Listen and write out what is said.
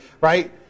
right